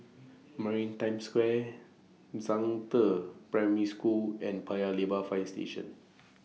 Maritime Square Zhangde Primary School and Paya Lebar Fire Station